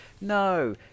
no